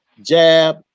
jab